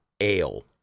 ale